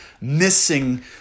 missing